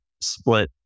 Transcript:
split